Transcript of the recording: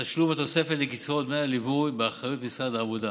תשלום התוספת לקצבאות דמי הליווי הוא באחריות משרד העבודה,